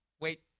Wait